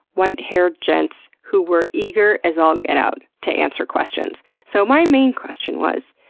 white-haired gents who were eager as all get out to answer questions. so my main question was,